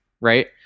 right